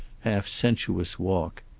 half-sensuous walk.